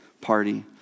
party